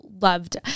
loved